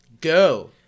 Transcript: go